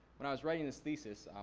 when i was writing this thesis,